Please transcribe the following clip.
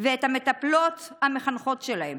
ואת המטפלות המחנכות שלהם.